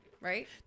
Right